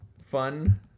Fun